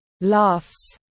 laughs